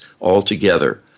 altogether